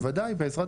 בוודאי, בעזרת